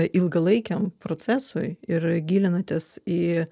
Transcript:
ilgalaikiam procesui ir gilinatės į